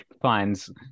finds